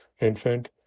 infant